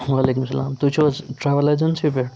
وعلیکُم سلام تُہۍ چھِو حظ ٹرٛاول ایجسی پٮ۪ٹھ